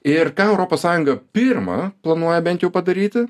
ir ką europos sąjunga pirma planuoja bent jau padaryti